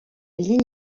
ligne